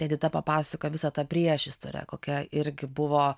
edita papasakojo visą tą priešistorę kokia irgi buvo